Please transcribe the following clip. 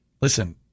Listen